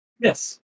Yes